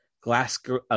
Glasgow